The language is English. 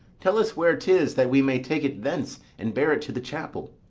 tell us where tis, that we may take it thence, and bear it to the chapel.